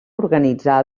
organitzar